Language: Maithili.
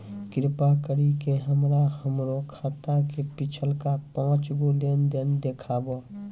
कृपा करि के हमरा हमरो खाता के पिछलका पांच गो लेन देन देखाबो